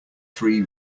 three